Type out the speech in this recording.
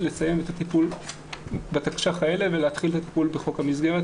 לסיים את הטיפול בתקש"ח האלה ולהתחיל את הטיפול בחוק המסגרת